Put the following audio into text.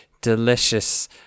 delicious